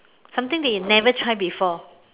something that you never try before